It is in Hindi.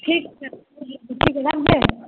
ठीक है सर बोलिए रख दें